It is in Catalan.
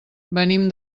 venim